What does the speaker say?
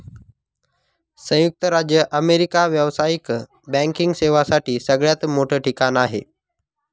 संयुक्त राज्य अमेरिका व्यावसायिक बँकिंग सेवांसाठी सगळ्यात मोठं ठिकाण आहे